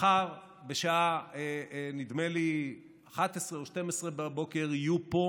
מחר בשעה 11:00 או 12:00 יהיו פה